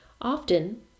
Often